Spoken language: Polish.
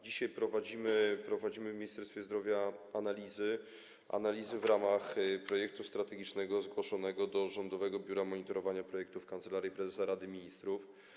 Dzisiaj prowadzimy w Ministerstwie Zdrowia analizy w ramach projektu strategicznego zgłoszonego do Rządowego Biura Monitorowania Projektów Kancelarii Prezesa Rady Ministrów.